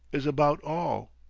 is about all.